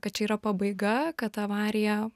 kad čia yra pabaiga kad avarija